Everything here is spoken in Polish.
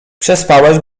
przespałeś